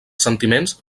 sentiments